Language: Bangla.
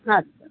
আচ্ছা